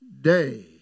day